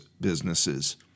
businesses